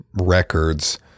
records